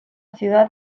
ciudad